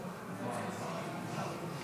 ההצבעה: